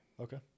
Okay